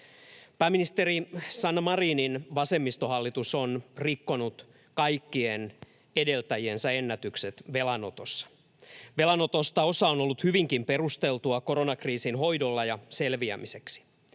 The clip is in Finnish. Pääministeri Sanna Marinin vasemmistohallitus on rikkonut kaikkien edeltäjiensä ennätykset velanotossa. Velanotosta osa on ollut hyvinkin perusteltua koronakriisin hoidolla ja siitä selviämiseksi.